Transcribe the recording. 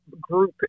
group